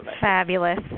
Fabulous